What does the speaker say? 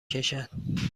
کشد